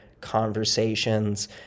conversations